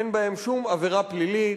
אין בהם שום עבירה פלילית,